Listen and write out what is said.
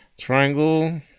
triangle